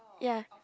ya